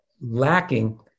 lacking